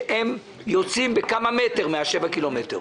שהם יוצאים בכמה מטר מהשבעה קילומטר.